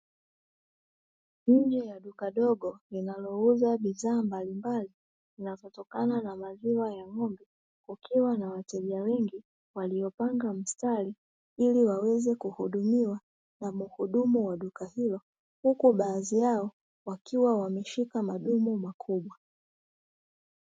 Hili ni duka dogo linalouza bidhaa mbalimbali zinazotokana na maziwa ya ng'ombe, kukiwa na wateja wengi waliopanga mstari ili waweze kuhudumiwa na muhudumu wa rika hilo, huku baadhi yao wakiwa wameshika madumu makubwa.